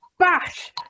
bash